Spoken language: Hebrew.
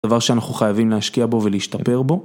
דבר שאנחנו חייבים להשקיע בו ולהשתפר בו